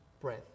breath